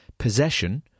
Possession